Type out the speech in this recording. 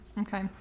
okay